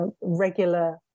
regular